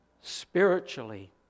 spiritually